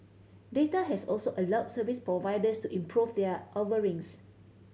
data has also allowed service providers to improve their offerings